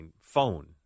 phone